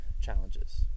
challenges